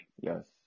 yes